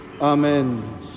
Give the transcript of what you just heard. Amen